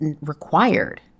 required